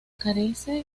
carece